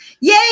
Yay